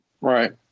Right